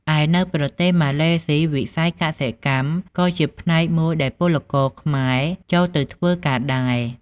ឯនៅប្រទេសម៉ាឡេស៊ី វិស័យកសិកម្មក៏ជាផ្នែកមួយដែលពលករខ្មែរចូលទៅធ្វើការដែរ ។